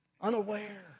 Unaware